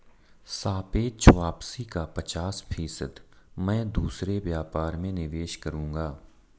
सापेक्ष वापसी का पचास फीसद मैं दूसरे व्यापार में निवेश करूंगा